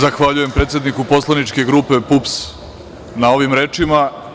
Zahvaljujem predsedniku poslaničke grupe PUPS na ovim rečima.